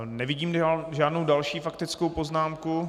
Nevidím žádnou další faktickou poznámku.